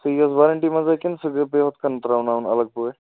سُہ یِیہِ حظ وارَنٹی منٛز کِنہٕ سُہ پیٚیہِ ہُتھٕ کٔنۍ ترٛاوٕناوُن الگ پٲٹھۍ